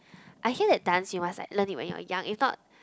I hear that dance you must like learn it when you're young if not